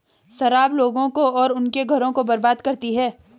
शराब लोगों को और उनके घरों को बर्बाद करती है